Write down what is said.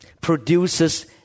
produces